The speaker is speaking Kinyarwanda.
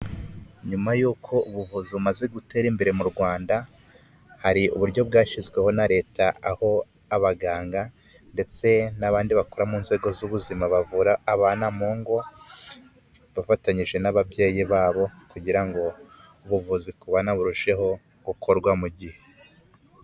Nyuma y'uko ubuvuzi bumaze gutera imbere mu Rwanda, hari uburyo bwashyizweho na leta, aho abaganga ndetse n'abandi bakora mu nzego z'ubuzima bavura abana mu ngo, bafatanyije n'ababyeyi babo kugira ngo ubuvuzi mu bana burusheho gukorwa mu gihe.